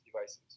devices